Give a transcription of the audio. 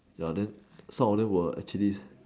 ya then some of them were actually